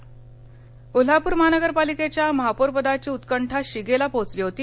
कोल्हापर कोल्हापूर महानगरपालिकेच्या महापौरपदाची उत्कंठा शिगेला पोहोचली होती